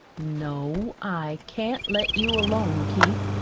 no, i can't let you alone, keith,